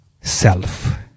self